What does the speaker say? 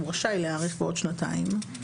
רשאי להאריך בעוד שנתיים,